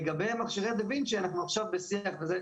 לגבי מכשיר דה וינצ'י אנחנו עכשיו בשיח על זה,